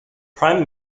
prime